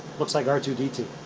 looks like r two d two.